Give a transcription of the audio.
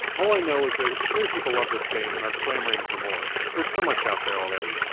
all i know is that it's clear people love this game and are clamoring for more. there's so much out there already.